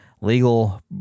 legal